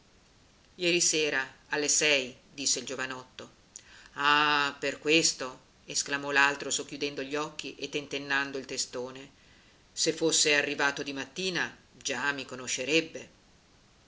ieri sera alle sei disse il giovinotto ah per questo esclamò l'altro socchiudendo gli occhi e tentennando il testone se fosse arrivato di mattina già mi conoscerebbe